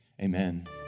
amen